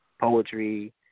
poetry